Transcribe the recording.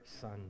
Son